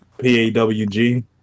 P-A-W-G